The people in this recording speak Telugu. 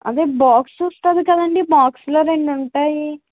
అదే బాక్స్ వస్తుంది కదండి బాక్స్లో రెండుంటాయి